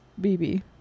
BB